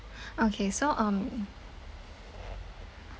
okay so um